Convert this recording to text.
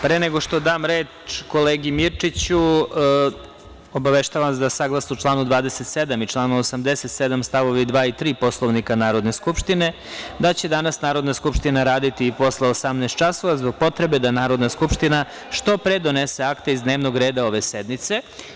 Pre nego što dam reč kolegi Mirčiću, obaveštavam vas da saglasno članu 27. i članu 87. stavovi 2. i 3. Poslovnika Narodne skupštine, da će danas Narodna skupština raditi i posle 18 časova, zbog potrebe da Narodna skupština što pre donese akte iz dnevnog reda ove sednice.